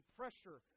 pressure